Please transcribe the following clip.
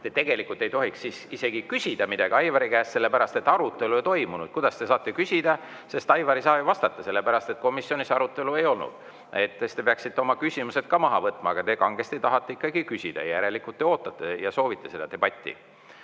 tegelikult ei tohiks siis isegi küsida midagi Aivari käest, sellepärast et arutelu ei toimunud. Kuidas te saate küsida? Aivar ei saa ju vastata, sellepärast et komisjonis arutelu ei olnud. Siis te peaksite oma küsimused maha võtma, aga te kangesti tahate küsida, järelikult te ootate ja soovite seda debatti. Andrei